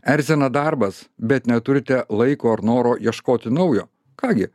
erzina darbas bet neturite laiko ar noro ieškoti naujo ką gi